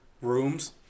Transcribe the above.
rooms